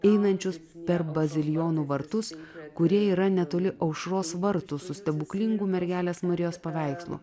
einančius per bazilijonų vartus kurie yra netoli aušros vartų su stebuklingu mergelės marijos paveikslu